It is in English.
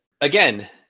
again